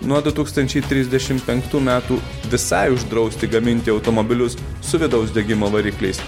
nuo du tūkstančiai trisdešim penktų metų visai uždrausti gaminti automobilius su vidaus degimo varikliais